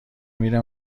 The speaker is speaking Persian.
میره